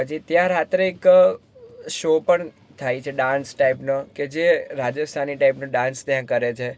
પછી ત્યાં રાત્રે એક શો પણ થાય છે ડાન્સ ટાઈપનો કે જે રાજસ્થાની ટાઈપનો ડાન્સ ત્યાં કરે છે